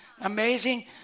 Amazing